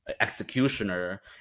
executioner